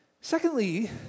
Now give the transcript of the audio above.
Secondly